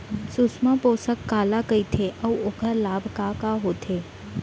सुषमा पोसक काला कइथे अऊ ओखर लाभ का का होथे?